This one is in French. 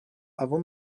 avant